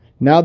Now